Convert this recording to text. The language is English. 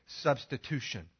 substitution